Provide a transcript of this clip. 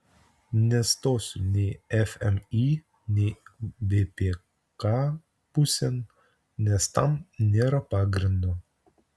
nestosiu nei fmį nei vpk pusėn nes tam nėra pagrindo